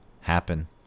happen